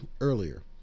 earlier